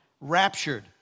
raptured